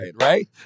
right